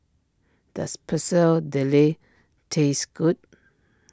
does Pecel Dele taste good